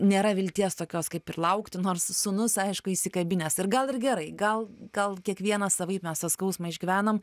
nėra vilties tokios kaip ir laukti nors sūnus aišku įsikabinęs ir gal ir gerai gal gal kiekvienas savaip mes tą skausmą išgyvenam